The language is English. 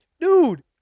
Dude